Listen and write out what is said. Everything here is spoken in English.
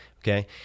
okay